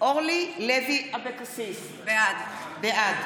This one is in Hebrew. אורלי לוי אבקסיס, בעד